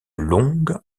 longues